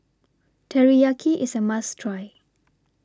Teriyaki IS A must Try